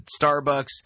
Starbucks